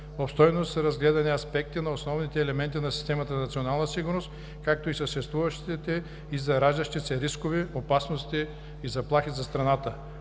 Обстойно са разгледани аспекти на основните елементи на системата за национална сигурност, както и съществуващите и зараждащи се рискове, опасности и заплахи за страната.